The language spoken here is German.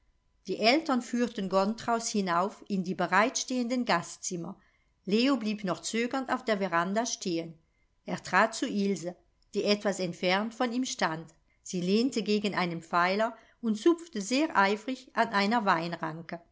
die eltern führten gontraus hinauf in die bereitstehenden gastzimmer leo blieb noch zögernd auf der veranda stehen er trat zu ilse die etwas entfernt von ihm stand sie lehnte gegen einen pfeiler und zupfte sehr eifrig an einer